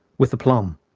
with aplomb.